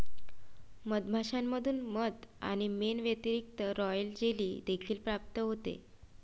मधमाश्यांमधून मध आणि मेण व्यतिरिक्त, रॉयल जेली देखील प्राप्त होते